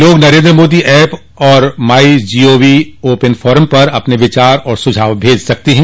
लोग नरेन्द्र मोदी ऐप और MyGov open forum पर अपने विचार और सुझाव भेज सकते हैं